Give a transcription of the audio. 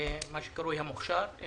מה שקרוי המוכש"ר.